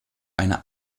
eine